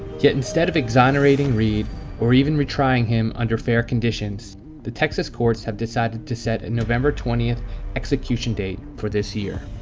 yet instead of exonerating reed or even retrying him under fair conditions the texas courts have decided to set a november twentieth execution date for this year.